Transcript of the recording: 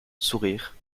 sourire